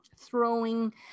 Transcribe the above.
throwing